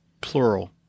plural